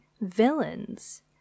villains